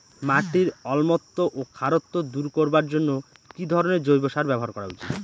মাটির অম্লত্ব ও খারত্ব দূর করবার জন্য কি ধরণের জৈব সার ব্যাবহার করা উচিৎ?